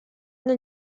nel